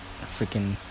freaking